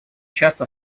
часто